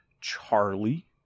Charlie